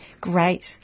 Great